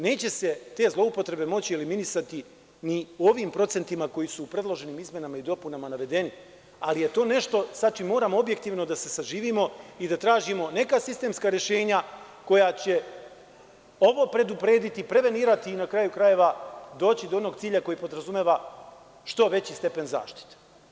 Neće se te zloupotrebe moći eliminisati ni u ovim procentima koji su u predloženim izmenama i dopunama navedeni, ali je to nešto sa čime moramo objektivno da se saživimo i da tražimo neka sistemska rešenja koja će ovo preduprediti, prevenirati i na kraju krajeva doći do onog cilja koji podrazumeva što veći stepen zaštite.